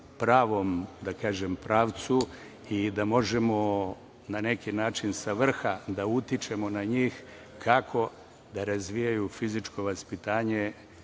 pravom, da kažem, pravcu i da možemo na neki način sa vrha da utičemo na njih kako da razvijaju fizičko vaspitanje